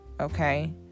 Okay